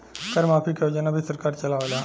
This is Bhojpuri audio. कर माफ़ी के योजना भी सरकार चलावेला